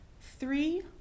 three